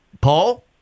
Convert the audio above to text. Paul